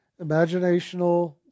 imaginational